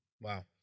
Wow